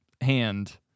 hand